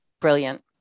brilliant